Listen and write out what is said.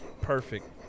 Perfect